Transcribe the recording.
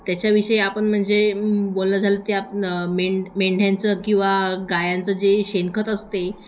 त्याच्याविषयी आपण म्हणजे बोललं झालं ते आप में मेंढ्यांचं किंवा गायांचं जे शेणखत असते